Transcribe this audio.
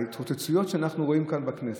ההתרוצצויות שאנחנו רואים כאן בכנסת,